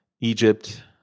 Egypt